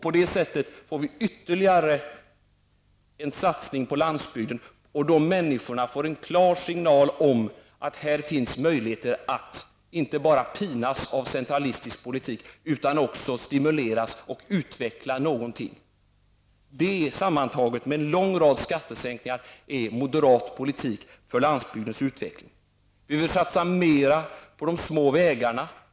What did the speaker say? På det sättet får vi ytterligare en satsning på landsbygden, och människorna där får en klar signal om att det här finns möjligheter att inte bara pinas av en centralistisk politik utan också att stimuleras till att utveckla någonting. Detta är tillsammans med en lång rad skattesänkningsförslag moderat politik för landsbygdens utveckling. Vi vill satsa mer på de små vägarna.